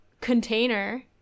Container